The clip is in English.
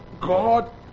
God